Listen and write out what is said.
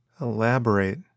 Elaborate